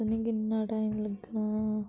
पता नी किन्ना टाइम लग्गना